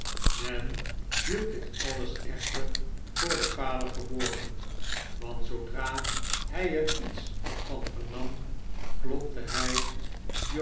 men hield dit alles echter voor den vader verborgen want zoodra hij er iets van vernam klopte hij